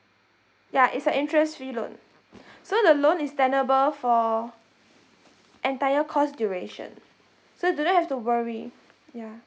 ya it's a interest free loan so the loan is tenable for entire course duration so do not have to worry ya